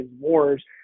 wars